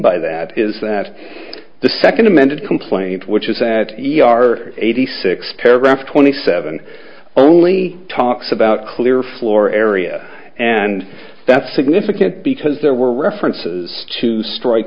by that is that the second amended complaint which is that e r eighty six paragraph twenty seven only talks about clear floor area and that's significant because there were references to strike